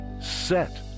Set